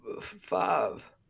five